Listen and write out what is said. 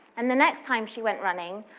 and the next time she went running,